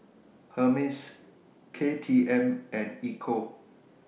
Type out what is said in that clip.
Hermes KTM and Ecco